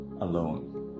alone